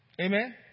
Amen